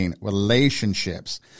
relationships